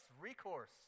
recourse